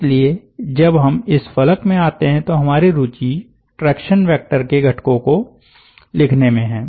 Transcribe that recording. इसलिए जब हम इस फलक में आते हैं तो हमारी रुचि ट्रैक्शन वेक्टर के घटकों को लिखने में हैं